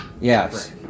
Yes